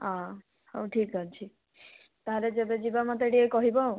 ହଁ ହଉ ଠିକ୍ ଅଛି ତାହାଲେ ଯେବେ ଯିବା ମୋତେ ଟିକେ କହିବ ଆଉ